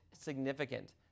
significant